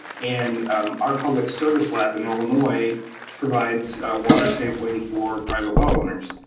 and our public service lab in illinois provides water sampling for private well owners.